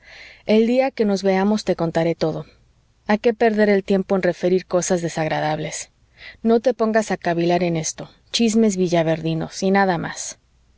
el día que nos veamos te contaré todo a qué perder el tiempo en referir cosas desagradables no te pongas a cavilar en esto chismes villaverdinos y nada más